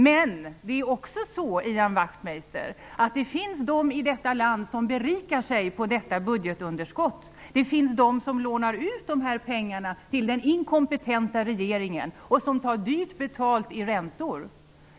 Men, Ian Wachtmeister, det finns de i detta land som berikar sig på detta budgetunderskott. Det finns de som lånar ut de här pengarna till den inkompetenta regeringen och som tar dyrt betalt i räntor.